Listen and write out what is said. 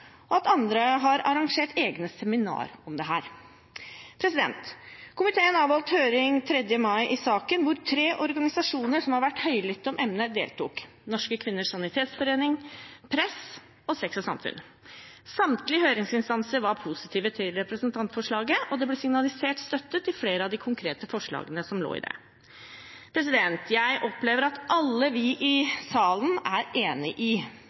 og at andre har arrangert egne seminar om dette. Komiteen avholdt høring i saken 3. mai, hvor tre organisasjoner som har vært høylytte om emnet, deltok: Norske Kvinners Sanitetsforening, Press og Sex og samfunn. Samtlige høringsinstanser var positive til representantforslaget, og det ble signalisert støtte til flere av de konkrete forslagene som lå i det. Jeg opplever at alle vi i salen er enig i